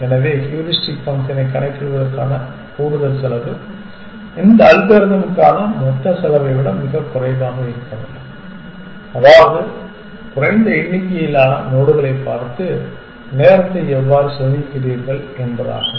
எனவே ஹூரிஸ்டிக் ஃபங்க்ஷனைக் கணக்கிடுவதற்கான கூடுதல் செலவு இந்த அல்காரிதமிற்கான மொத்த நேரத்தை விட மிகக் குறைவாக இருக்க வேண்டும் அதாவது குறைந்த எண்ணிக்கையிலான நோடுகளைப் பார்த்து நேரத்தை எவ்வாறு சேமிக்கிறீர்கள் என்பதாகும்